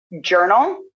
journal